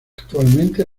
actualmente